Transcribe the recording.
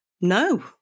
no